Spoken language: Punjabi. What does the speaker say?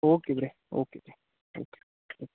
ਓਕੇ ਵੀਰੇ ਓਕੇ ਜੀ ਓਕੇ ਓਕ